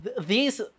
These-